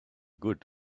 good